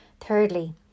Thirdly